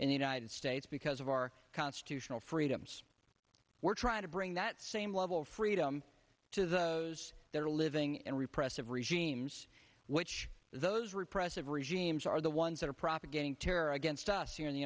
in the united states because of our constitutional freedoms we're trying to bring that same level of freedom to those that are living and repressive regimes which those repressive regimes are the ones that are propagating terror against us here in the